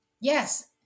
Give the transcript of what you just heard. Yes